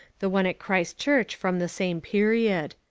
the one at christ church from the same period.